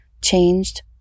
changed